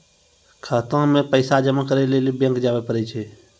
खाता मे पैसा जमा करै लेली बैंक जावै परै छै